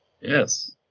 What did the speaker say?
Yes